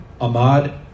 ahmad